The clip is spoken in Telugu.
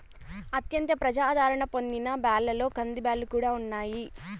అత్యంత ప్రజాధారణ పొందిన బ్యాళ్ళలో కందిబ్యాల్లు కూడా ఉన్నాయి